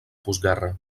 postguerra